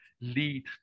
lead